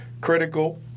critical